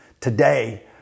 Today